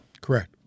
Correct